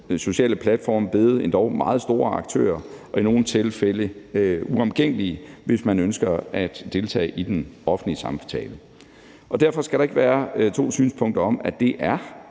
de sociale platforme blevet endog meget store aktører og i nogle tilfælde uomgængelige, hvis man ønsker at deltage i den offentlige samtale. Og derfor skal der ikke være to synspunkter, i